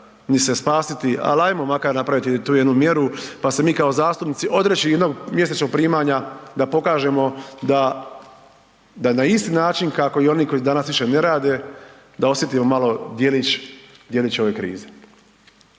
ni se spasiti ali ajmo makar napraviti tu jednu mjeru pa se mi kao zastupnici odreći jednog mjesečnog primanja da pokažemo da na isti način kako i oni koji danas više ne rade da osjetimo malo djelić, djelić ove krize.